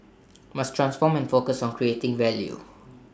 must transform and focus on creating value